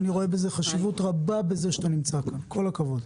אני רואה חשיבות רבה בזה שאתה נמצא כאן, כל הכבוד.